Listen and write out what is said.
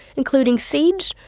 including seeds,